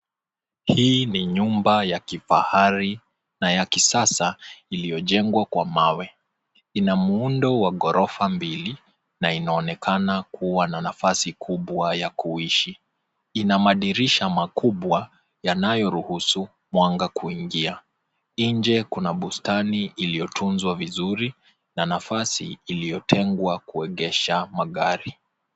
Hii ni nyumba ya kifahari na ya kisasa iliyojengwa kwa mawe. Ina muundo wa ghorofa mbili na inaonekana kuwa na nafasi kubwa ya kuishi. Ina madirisha makubwa yanayoruhusu mwanga kuingia. Nje kuna bustani iliyotunzwa vizuri na nafasi iliyotengwa kuegesha magari.